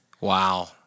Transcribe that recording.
Wow